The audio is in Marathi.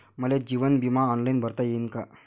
मले जीवन बिमा ऑनलाईन भरता येईन का?